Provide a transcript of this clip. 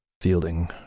fielding